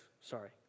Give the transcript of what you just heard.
sorry